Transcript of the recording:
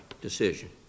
decision